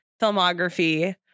filmography